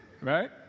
Right